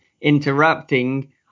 interrupting